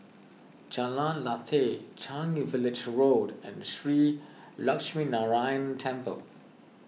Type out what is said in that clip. Jalan Lateh Changi Village Road and Shree Lakshminarayanan Temple